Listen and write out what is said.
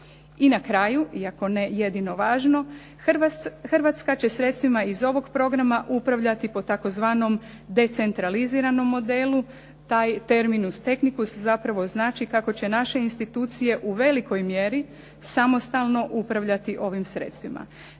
I na kraju iako ne jedino važno, Hrvatska će sredstvima iz ovog programa upravljati po tzv. decentraliziranom modelu. Taj termin uz tehniku zapravo znači kako će naše institucije u velikoj mjeri samostalno upravljati ovim sredstvima.